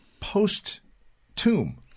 post-tomb